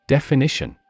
Definition